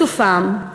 משופם,